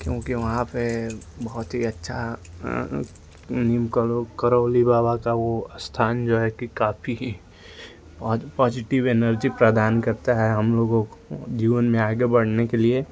यह बहुत ही अच्छा नीम करौ करौली बाबा का वह स्थान जो है कि काफ़ी पॉज़ पॉज़िटिव एनर्ज़ी प्रदान करता है हमलोग को जीवन में आगे बढ़ने के लिए